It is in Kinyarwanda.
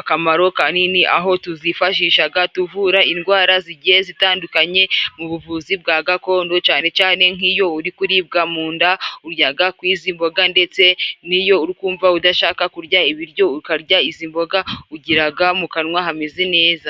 akamaro kanini ,aho tuzifashishaga tuvura indwara zigiye zitandukanye mu buvuzi bwa gakondo cane cane nk'iyo uri kuribwa mu nda uryaga ku izi mboga, ndetse n'iyo uri kumva udashaka kurya ibiryo ukarya izi mboga ugiraga mu kanwa hameze neza.